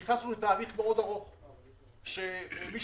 זה לא משהו שהייתי אמור להיות מעורב בו אבל אני לקחתי את זה כפרויקט